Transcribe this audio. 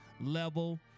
level